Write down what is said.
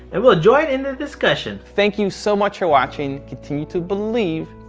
and we'll join in the discussion. thank you so much for watching. continue to believe,